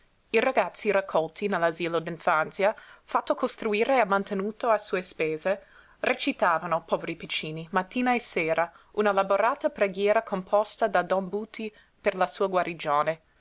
i ragazzi raccolti nell'asilo d'infanzia fatto costruire e mantenuto a sue spese recitavano poveri piccini mattina e sera una elaborata preghiera composta da don buti per la sua guarigione